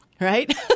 right